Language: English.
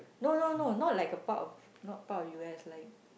no no no not like a part of not part of u_s like